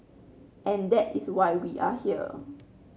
and that is why we are here